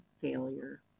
failure